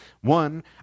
one